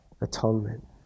atonement